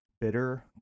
bitter